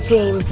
Team